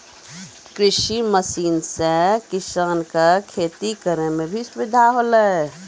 कृषि मसीन सें किसान क खेती करै में सुविधा होलय